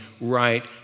right